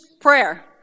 prayer